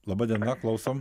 laba diena klausom